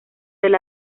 del